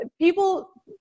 People